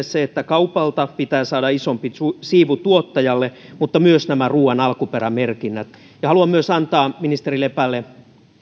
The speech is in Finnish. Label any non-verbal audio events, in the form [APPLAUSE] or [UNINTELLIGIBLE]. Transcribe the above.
[UNINTELLIGIBLE] se että kaupalta pitää saada isompi siivu tuottajalle mutta myös nämä ruuan alkuperämerkinnät haluan antaa ministeri lepälle